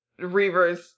Reavers